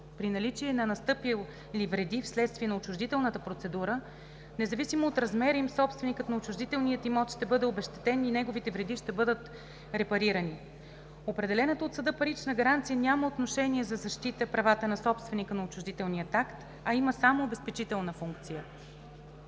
При наличие на настъпили вреди вследствие на отчуждителната процедура, независимо от размера им, собственикът на отчуждителния имот ще бъде обезщетен и неговите вреди ще бъдат репарирани. Определената от съда парична гаранция няма отношение за защита правата на собственика на отчуждителния акт, а има само обезпечителна функция.